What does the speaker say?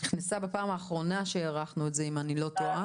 היא נכנסה בפעם האחרונה שהארכנו את זה אם אני לא טועה.